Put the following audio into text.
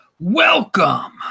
Welcome